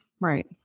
Right